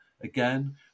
Again